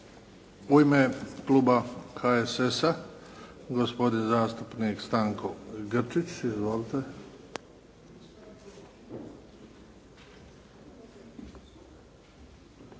U ime kluba HSS-a gospodin zastupnik Stanko Grčić. Izvolite.